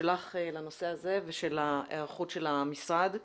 שלך לנושא הזה והיערכות המשרד.